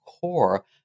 core